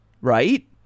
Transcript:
right